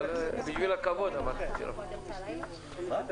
אבל בשביל הכבוד, אמרתי: